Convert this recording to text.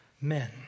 men